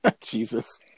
Jesus